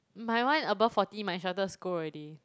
my one above forty my instructor scold already